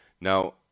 Now